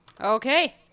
Okay